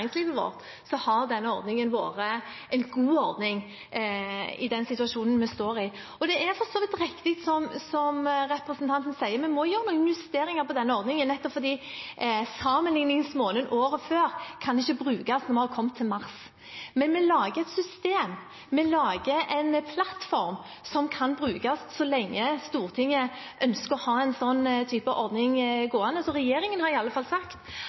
den situasjonen vi står i. Det er for så vidt riktig, som representanten Gjelsvik sier, at vi må gjøre noen justeringer av denne ordningen, for sammenlikningsmåneden fra året før kan ikke brukes når vi kommer til mars. Men vi lager et system og en plattform som kan brukes så lenge Stortinget ønsker å ha en slik type ordning gående. Så regjeringen har i alle fall sagt